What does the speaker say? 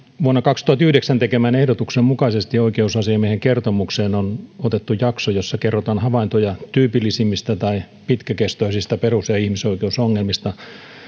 vuonna kaksituhattayhdeksän tekemän ehdotuksen mukaisesti oikeusasiamiehen kertomukseen on otettu jakso jossa kerrotaan havaintoja tyypillisimmistä tai pitkäkestoisista perus ja ihmisoikeusongelmista